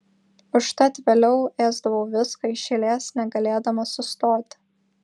užtat vėliau ėsdavau viską iš eilės negalėdama sustoti